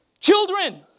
Children